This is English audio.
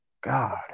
God